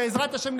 בעזרת השם,